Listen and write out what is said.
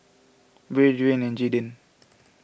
Brea Dwain and Jayden